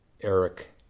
Eric